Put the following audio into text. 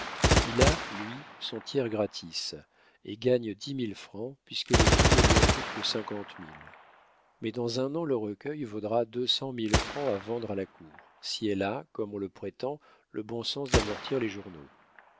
il a lui son tiers gratis et gagne dix mille francs puisque le tout ne lui en coûte que cinquante mille mais dans un an le recueil vaudra deux cent mille francs à vendre à la cour si elle a comme on le prétend le bon sens d'amortir les journaux